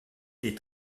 des